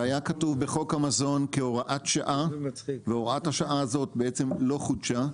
זה היה כתוב בחוק המזון כהוראת שעה והוראת השעה הזאת בעצם לא חודשה.